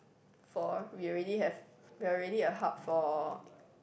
for we already have we're already a hub for